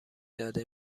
داده